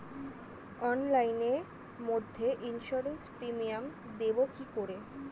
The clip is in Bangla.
অনলাইনে মধ্যে ইন্সুরেন্স প্রিমিয়াম দেবো কি করে?